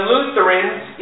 Lutherans